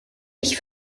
ich